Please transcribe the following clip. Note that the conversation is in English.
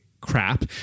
crap